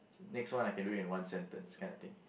next one I can do it in one sentence kind of thing